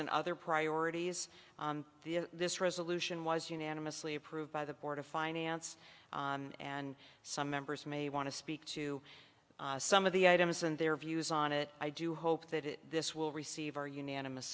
and other priorities this resolution was unanimously approved by the board of finance and some members may want to speak to some of the items and their views on it i do hope that this will receive our unanimous